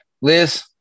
Liz